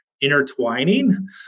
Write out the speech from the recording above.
intertwining